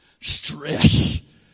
stress